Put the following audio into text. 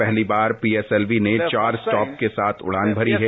पहली बार पीएसएलवी ने चार स्टॉप के साथ उड़ान भरी हैं